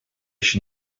еще